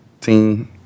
team